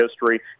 history